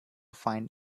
find